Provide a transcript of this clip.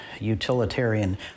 utilitarian –